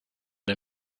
der